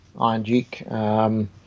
iron-duke